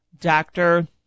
Doctor